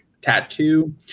tattoo